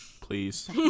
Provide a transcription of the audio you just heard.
Please